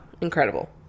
Incredible